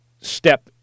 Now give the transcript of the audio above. step